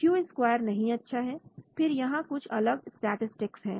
Q square नहीं अच्छा है फिर यहां कुछ अलग स्टैटिसटिक्स है